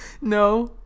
No